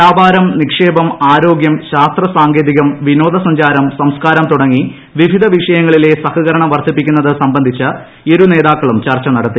വ്യാപാരം നിക്ഷേപം ആരോഗ്യം ശാസ്ത്ര സാങ്കേതികം വിനോദസഞ്ചാരം സംസ്കാരം തുടങ്ങി വിവിധ വിഷയങ്ങളിലെ സഹകരണം വർദ്ധിപ്പിക്കുന്നത് സംബന്ധിച്ച് ഇരുനേതാക്കളും ചർച്ച നടത്തി